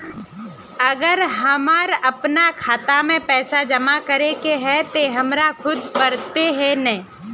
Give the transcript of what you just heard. अगर हमर अपना खाता में पैसा जमा करे के है ते हमरा खुद रहे पड़ते ने?